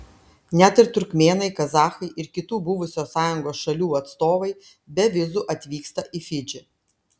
net ir turkmėnai kazachai ir kitų buvusios sąjungos šalių atstovai be vizų atvyksta į fidžį